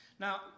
Now